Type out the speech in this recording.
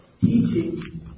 teaching